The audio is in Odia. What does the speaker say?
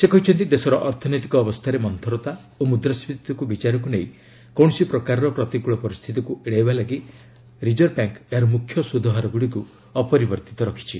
ସେ କହିଛନ୍ତି ଦେଶର ଅର୍ଥନୈତିକ ଅବସ୍ଥାରେ ମନ୍ତରତା ଓ ମୁଦ୍ରାସ୍କୀତିକୁ ବିଚାରକୁ ନେଇ କୌଣସି ପ୍ରକାରର ପ୍ରତିକୃଳ ପରିସ୍ଥିତିକୁ ଏଡ଼ାଇବା ପାଇଁ ରିଜର୍ଭ ବ୍ୟାଙ୍କ ଏହାର ମୁଖ୍ୟ ସୁଧହାରଗୁଡ଼ିକୁ ଅପରିବର୍ତ୍ତିତ ରଖିଛି